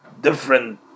different